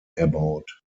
erbaut